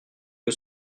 que